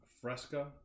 Fresca